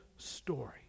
story